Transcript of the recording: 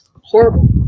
horrible